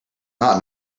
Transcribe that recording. not